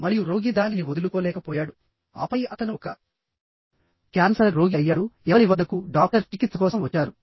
మరియు రోగి దానిని వదులుకోలేకపోయాడు ఆపై అతను ఒక క్యాన్సర్ రోగి అయ్యాడు ఎవరి వద్దకుడాక్టర్ చికిత్స కోసం వచ్చారు